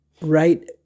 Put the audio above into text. right